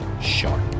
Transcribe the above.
sharp